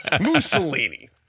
Mussolini